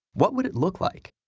what would it look like?